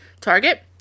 Target